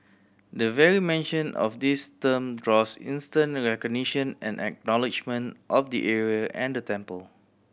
the very mention of this term draws instant recognition and acknowledgement of the area and the temple